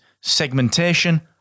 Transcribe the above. segmentation